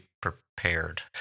prepared